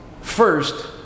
first